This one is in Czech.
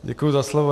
Děkuji za slovo.